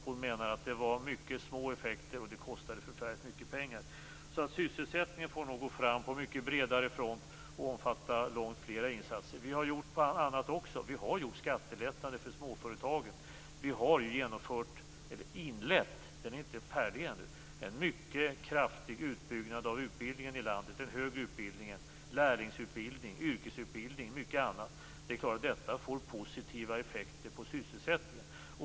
Hon menar att det var mycket små effekter, och det kostade förfärligt mycket pengar. Sysselsättningen får nog gå fram på mycket bredare front och omfatta långt fler insatser. Vi har också gjort annat. Vi har genomfört skattelättnader för småföretag. Vi har inlett - den är inte färdig ännu - en mycket kraftig utbyggnad av utbildningen i landet. Det gäller den högre utbildningen, lärlingsutbildning, yrkesutbildning och mycket annat. Det är klart att detta får positiva effekter på sysselsättningen.